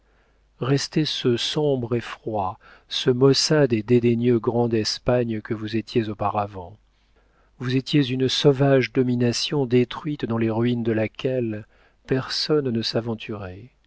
restez ce sombre et froid ce maussade et dédaigneux grand d'espagne que vous étiez auparavant vous étiez une sauvage domination détruite dans les ruines de laquelle personne ne s'aventurait